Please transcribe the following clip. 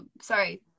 sorry